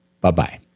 Bye-bye